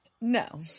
No